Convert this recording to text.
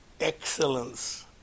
excellence